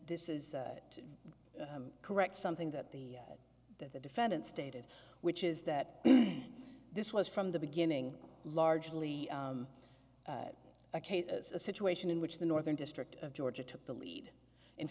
this is to correct something that the that the defendant stated which is that this was from the beginning largely a case situation in which the northern district of georgia took the lead in